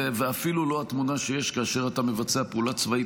ואפילו לא התמונה שיש כאשר אתה מבצע פעולה צבאית